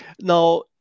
Now